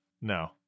no